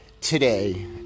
today